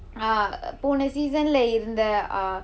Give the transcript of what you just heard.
uh போன:poona season leh இருந்த:iruntha uh